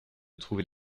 trouver